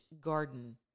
garden